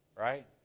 right